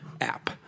app